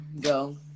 go